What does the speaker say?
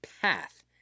path